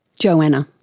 joanna.